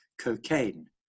cocaine